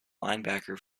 linebacker